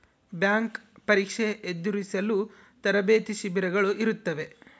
bank ಪರೀಕ್ಷೆ ಎದುರಿಸಲು ತರಬೇತಿ ಶಿಬಿರಗಳು ಇರುತ್ತವೆ